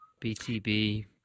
btb